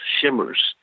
shimmers